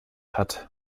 hat